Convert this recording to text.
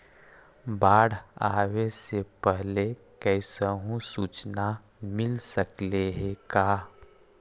बाढ़ आवे से पहले कैसहु सुचना मिल सकले हे का?